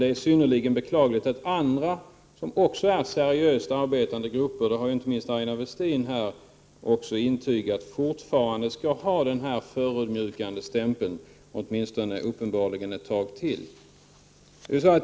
Det är synnerligen beklagligt att andra seriöst arbetande grupper — det har inte minst Aina Westin intygat — fortfarande skall ha denna förödmjukande stämpel, uppenbarligen åtminstone ett tag till.